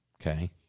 Okay